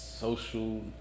social